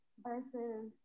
versus